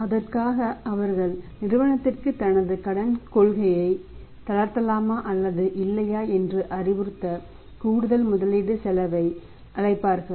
அதற்காக அவர்கள் நிறுவனத்திற்கு தனது கடன் கொள்கையை தளர்த்தலாமா அல்லது இல்லையா என்று அறிவுறுத்த கூடுதல் முதலீட்டு செலவை அழைப்பார்கள்